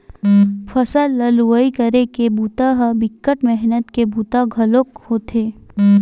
फसल ल लुवई करे के बूता ह बिकट मेहनत के बूता घलोक होथे